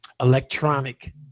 electronic